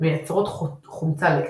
מייצרות חומצה לקטית.